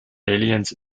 aliens